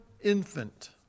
infant